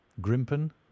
grimpen